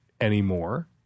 anymore